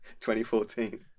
2014